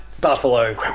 buffalo